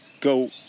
go